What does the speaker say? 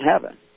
heaven